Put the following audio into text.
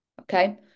Okay